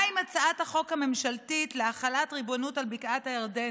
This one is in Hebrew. מה עם הצעת החוק הממשלתית להחלת ריבונות על בקעת הירדן,